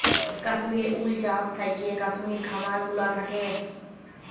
কাশ্মির উল চাস থাকেক কাশ্মির খামার গুলা থাক্যে